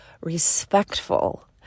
respectful